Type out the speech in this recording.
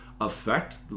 affect